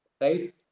Right